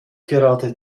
gerade